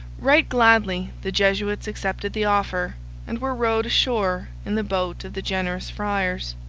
right gladly the jesuits accepted the offer and were rowed ashore in the boat of the generous friars.